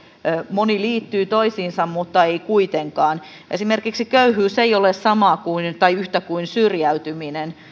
moni liittyy toisiinsa mutta ei kuitenkaan esimerkiksi köyhyys ei ole yhtä kuin syrjäytyminen